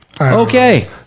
Okay